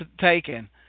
taken